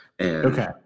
Okay